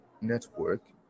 network